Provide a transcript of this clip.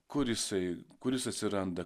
kur jisai kur jis atsiranda